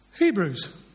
Hebrews